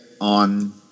on